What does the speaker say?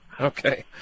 Okay